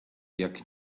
jak